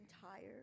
tired